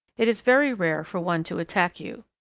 it is very rare for one to attack you.